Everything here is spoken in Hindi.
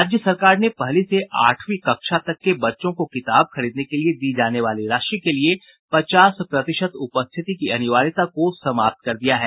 राज्य सरकार ने पहली से आठवीं कक्षा तक के बच्चों को किताब खरीदने के लिए दी जाने वाली राशि के लिए पचास प्रतिशत उपस्थिति की अनिवार्यता को समाप्त कर दिया है